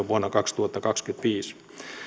vuonna kaksituhattakaksikymmentäviisi